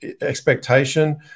expectation